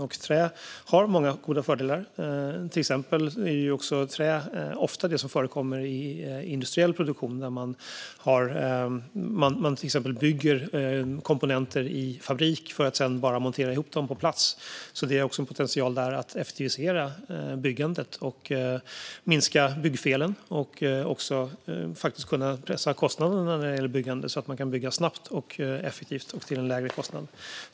Och trä har många goda fördelar. Trä är exempelvis ofta det som förekommer i industriell produktion när man till exempel bygger komponenter i fabrik för att sedan bara montera ihop dem på plats. Det finns alltså en potential där att effektivisera byggandet och minska byggfelen och också att kunna pressa kostnaderna när det gäller byggande så att man kan bygga snabbt och effektivt och till en lägre kostnad.